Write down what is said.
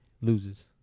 loses